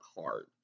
hard